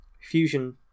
Fusion